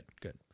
good